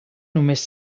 només